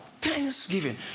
Thanksgiving